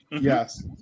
Yes